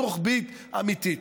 אין הסתכלות רוחבית אמיתית.